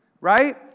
Right